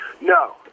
No